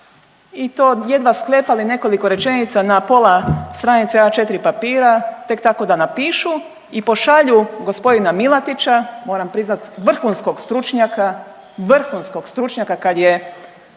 i to jedva sklepali nekoliko rečenica na pola stranica A4 papira tek tako da napišu i pošalju g. Milatića, moram priznati vrhunskog stručnjaka, vrhunskog stručnjaka kad je